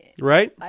Right